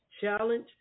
Challenge